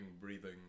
breathing